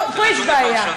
פה יש בעיה.